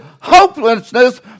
hopelessness